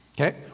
Okay